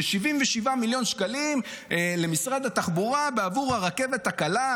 של 77 מיליון שקלים למשרד התחבורה בעבור הרכבת הקלה,